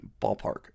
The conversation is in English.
ballpark